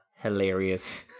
hilarious